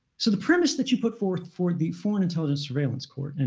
so the premise that you put forth for the foreign intelligence surveillance court, and